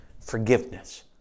forgiveness